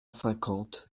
cinquante